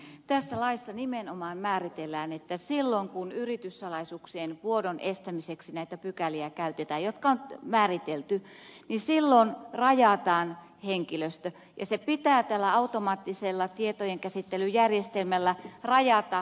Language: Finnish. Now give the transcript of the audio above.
martti korhonen tässä laissa nimenomaan määritellään että silloin kun yrityssalaisuuksien vuodon estämiseksi näitä pykäliä käytetään jotka on määritelty niin silloin rajataan henkilöstö ja se pitää tällä automaattisella tietojenkäsittelyjärjestelmällä rajata